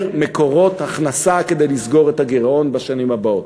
מקורות הכנסה כדי לסגור את הגירעון בשנים הבאות.